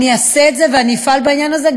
אני אעשה את זה ואני אפעל בעניין הזה,